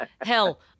Hell